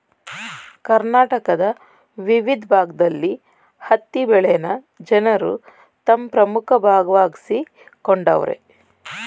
ಕರ್ನಾಟಕದ ವಿವಿದ್ ಭಾಗ್ದಲ್ಲಿ ಹತ್ತಿ ಬೆಳೆನ ಜನರು ತಮ್ ಪ್ರಮುಖ ಭಾಗವಾಗ್ಸಿಕೊಂಡವರೆ